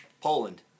Poland